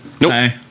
nope